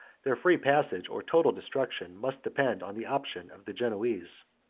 their free passage or total destruction must depend on the option of the genoese.